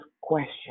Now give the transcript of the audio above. question